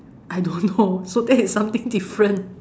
I don't know so that is something different